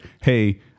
Hey